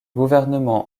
gouvernement